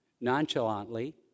nonchalantly